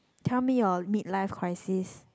tell me your mid life crisis